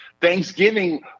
Thanksgiving